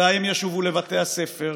ומתי הם ישובו לבתי הספר.